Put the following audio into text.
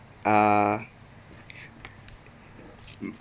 uh